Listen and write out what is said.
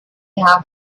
have